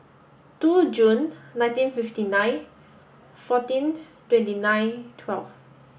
two Jun nineteen fifty nine fourteen twenty nine twelve